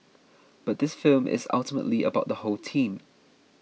but this film is ultimately about the whole team